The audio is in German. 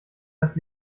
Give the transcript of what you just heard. das